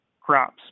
crops